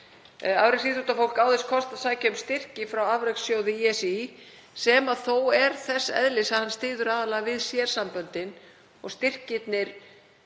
Afreksíþróttafólk á þess kost að sækja um styrki frá afrekssjóði ÍSÍ sem þó er þess eðlis að hann styður aðallega við sérsamböndin. Styrkirnir